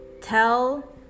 tell